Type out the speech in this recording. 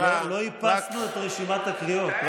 לא איפסנו את רשימת הקריאות.